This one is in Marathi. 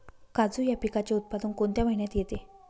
काजू या पिकाचे उत्पादन कोणत्या महिन्यात येते?